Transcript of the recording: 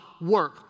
work